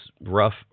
rough